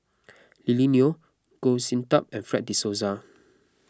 Lily Neo Goh Sin Tub and Fred De Souza